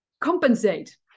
compensate